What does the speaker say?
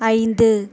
ஐந்து